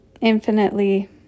infinitely